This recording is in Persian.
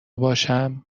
باشم